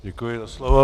Děkuji za slovo.